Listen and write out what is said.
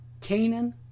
Canaan